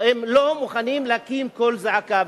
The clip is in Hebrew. הם לא מוכנים להקים קול זעקה,